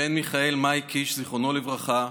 בן מיכאל קיש, זיכרונו לברכה,